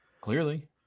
Clearly